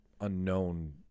unknown